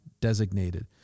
designated